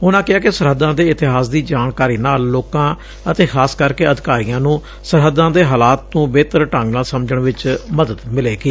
ਉਨੂਾ ਕਿਹਾ ਕਿ ਸਰਹੱਦਾ ਦੇ ਇਤਿਹਾਸ ਦੀ ਜਾਣਕਾਰੀ ਨਾਲ ਲੋਕਾਂ ਅਤੇ ਖ਼ਾਸ ਕਰਕੇ ਅਧਿਕਾਰੀਆਂ ਨੂੰ ਸਰਹੱਦਾਂ ਦੇ ਹਾਲਾਤ ਨੂੰ ਬੇਹਤਰ ਢੰਗ ਨਾਲ ਸਮਝਣ ਵਿਚ ਮਦਦ ਮਿਲੇਗੀ